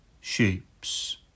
shapes